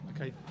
okay